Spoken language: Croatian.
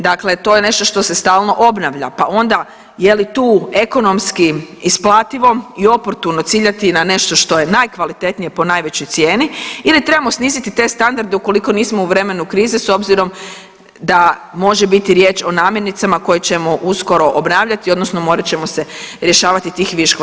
Dakle, to je nešto što se stalno obnavlja pa onda je li tu ekonomski isplativo i oportuno ciljati na nešto što je najkvalitetnije po najvećoj cijeni ili trebamo sniziti te standarde ukoliko nismo u vremenu krize s obzirom da može biti riječ o namirnicama koje ćemo uskoro obnavljati odnosno morat ćemo se rješavati tih viškova.